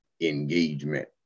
engagement